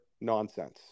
nonsense